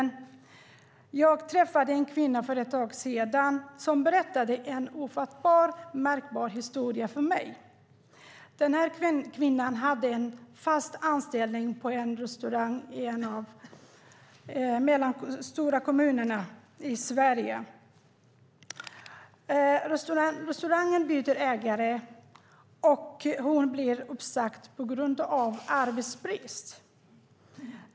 Men jag träffade en kvinna för ett tag sedan som berättade en ofattbart märklig historia för mig. Denna kvinna hade en fast anställning på en restaurang i en av de mellanstora kommunerna i Sverige. Restaurangen byter ägare, och hon blir uppsagd på grund av arbetsbrist.